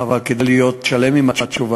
אבל כדי להיות שלם עם התשובה,